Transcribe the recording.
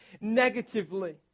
negatively